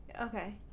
Okay